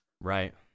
Right